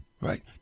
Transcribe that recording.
right